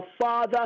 Father